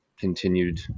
continued